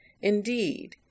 indeed